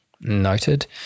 Noted